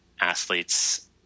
athletes